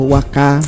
Waka